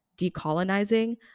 decolonizing